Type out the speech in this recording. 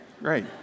great